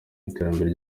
iterambere